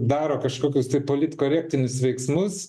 daro kažkokius tai politkorektinius veiksmus